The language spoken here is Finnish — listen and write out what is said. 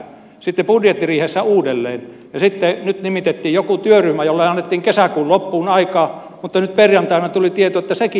sitten budjettiriihessä uudelleen ja nyt nimitettiin joku työryhmä jolle annettiin kesäkuun loppuun aikaa mutta nyt perjantaina tuli tieto että sekin jatkuu